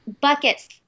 buckets